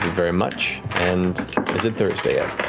very much, and is it thursday ah